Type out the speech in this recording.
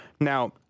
Now